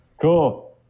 Cool